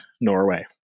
Norway